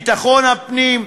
במשרד לביטחון הפנים,